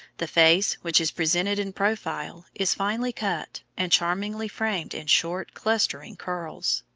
the face, which is presented in profile, is finely cut, and charmingly framed in short, clustering curls.